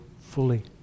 fully